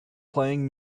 playing